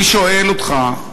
אני שואל אותך: